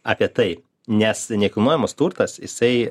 apie tai nes nekilnojamas turtas jisai